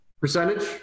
Percentage